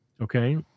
okay